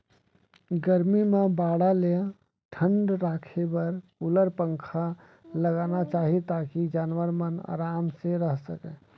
गरमी म बाड़ा ल ठंडा राखे बर कूलर, पंखा लगाना चाही ताकि जानवर मन आराम से रह सकें